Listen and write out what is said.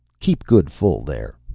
keep good full there!